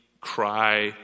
cry